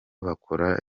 bakora